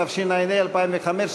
התשע"ה 2015,